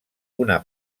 una